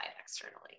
externally